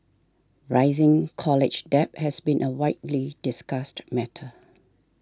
rising college debt has been a widely discussed matter